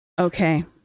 Okay